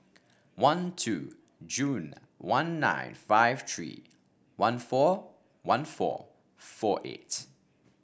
one two June one nine five three one four one four four eight